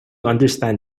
understand